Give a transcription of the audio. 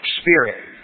spirit